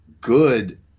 good